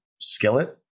skillet